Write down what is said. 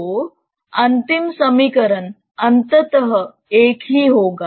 तो अंतिम समीकरण अंततः एक ही होगा